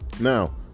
Now